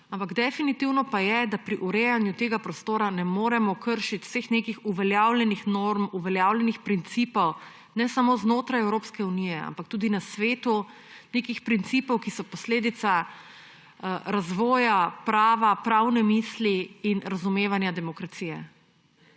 ampak definitivno pa je, da pri urejanju tega prostora ne moremo kršiti vseh nekih uveljavljenih norm, uveljavljenih principov ne samo znotraj Evropske unije, ampak tudi na svetu; nekih principov, ki so posledica razvoja prava, pravne misli in razumevanja demokracije.